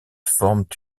forment